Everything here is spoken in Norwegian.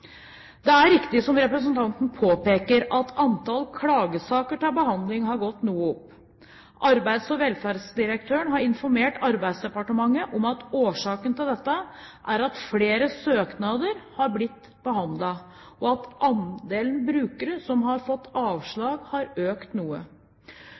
Det er riktig som representanten påpeker, at antall klagesaker til behandling har gått noe opp. Arbeids- og velferdsdirektøren har informert Arbeidsdepartementet om at årsaken til dette er at flere søknader har blitt behandlet, og at andelen brukere som har fått